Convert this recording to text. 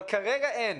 אבל כרגע אין.